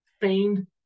feigned